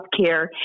healthcare